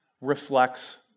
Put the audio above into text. reflects